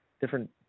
different